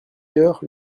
heures